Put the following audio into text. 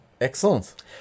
Excellent